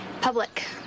public